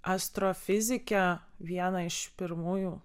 astrofizike viena iš pirmųjų